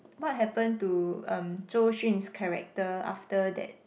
what happen to um Zhou Xun's character after that